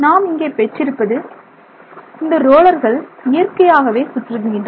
நாம் இங்கே பெற்றிருப்பது இந்த ரோலர்கள் இயற்கையாகவே சுற்றுகின்றன